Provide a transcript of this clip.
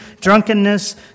drunkenness